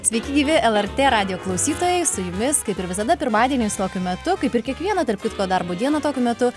sveiki gyvi lrt radijo klausytojai su jumis kaip ir visada pirmadieniais tokiu metu kaip ir kiekvieną tarp kitko darbo dieną tokiu metu